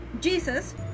jesus